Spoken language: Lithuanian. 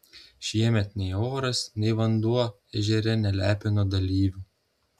šiemet nei oras nei vanduo ežere nelepino dalyvių